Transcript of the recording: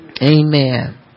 Amen